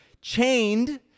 chained